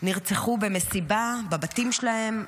נרצחו במסיבה, בבתים שלהם,